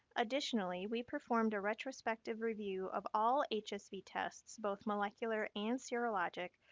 additionally, we performed a retrospective review of all hsv tests, both molecular and serologic,